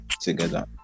together